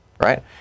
Right